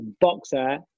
boxer